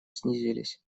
снизились